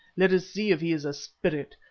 let us see if he is a spirit.